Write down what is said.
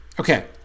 Okay